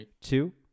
two